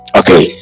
okay